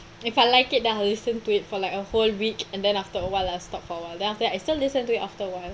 if I like it then I listen to it for like a whole week and then after awhile I stop for awhile then after that I still listen to it after awhile